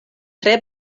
tre